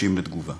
נדרשים לתגובה.